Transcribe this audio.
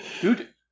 dude